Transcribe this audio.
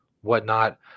whatnot